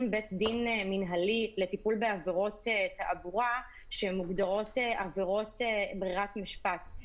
בית דין מינהלי לטיפול בעבירות תעבורה שמוגדרות עבירות ברירת משפט,